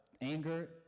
anger